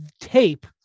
tape